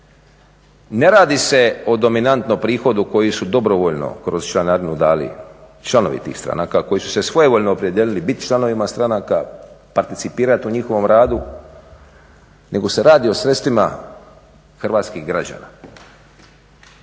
Ne radi se o dominantnom prihodu koji su dobrovoljno kroz članarinu dali članovi tih stranaka, koji su se svojevoljno opredijelili bit članovima stranaka, participirat u njihovom radu, nego se radi o sredstvima hrvatskih građana,